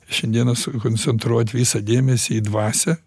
šiandieną sukoncentruot visą dėmesį į dvasią